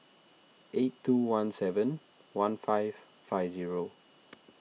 eight two one seven one five five zero